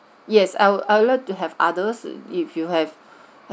yes I would I would like to have others if you have